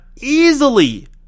easily